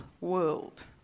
world